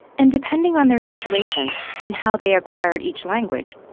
and depending on their situation and how they acquired each language,